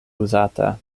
uzata